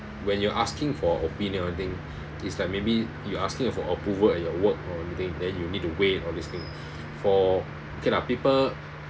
when you're asking for opinion or anything it's like maybe you asking for approval at your work or anything then you need to wait all these thing for okay lah people